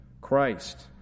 Christ